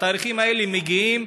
והתאריכים האלה מגיעים,